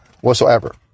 whatsoever